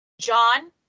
John